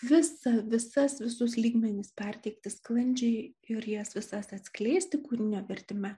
visa visas visus lygmenis perteikti sklandžiai ir jas visas atskleisti kūrinio vertime